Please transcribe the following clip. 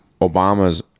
Obama's